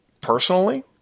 Personally